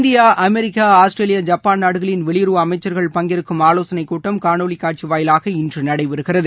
India America Australia Japan நாடுகளின் வெளியுறவு அமைச்சர்கள் பங்கேற்கும் ஆலோசனை கூட்டம் காணொலி வாயிலாக இன்று நடைபெறுகிறது